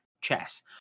chess